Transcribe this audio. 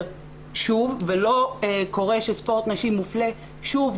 שוב ולא קורה שספורט נשים מופלה שוב,